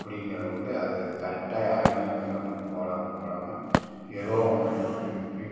அப்படிங்கிறது வந்து அது கரெக்டாக யாருமே மெஷர்மெண்ட் போடாமல் போடாமல் ஏதோ ஒன்று